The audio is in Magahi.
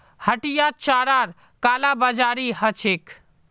हटियात चारार कालाबाजारी ह छेक